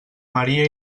maria